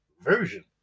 version